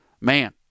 man